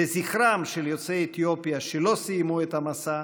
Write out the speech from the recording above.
לזכרם של יוצאי אתיופיה שלא סיימו את המסע,